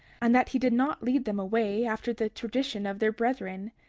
and that he did not lead them away after the tradition of their brethren,